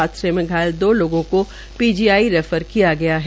हादसे में घायल दो लोगों को पीजीआई रैफर किया गया है